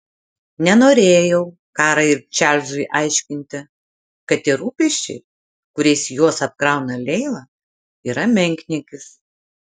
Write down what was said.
nenorėjau karai ir čarlzui aiškinti kad tie rūpesčiai kuriais juos apkrauna leila yra menkniekis